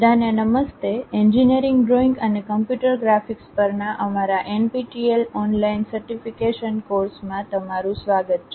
બધાને નમસ્તે engineering drawing અને કમ્પ્યુટર ગ્રાફિક્સ પરના અમારા એનપીટીઈએલ ઓનલાઇન સર્ટિફિકેશન કોર્સમાં તમારું સ્વાગત છે